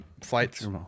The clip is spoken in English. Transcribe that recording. Flights